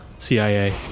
CIA